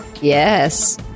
Yes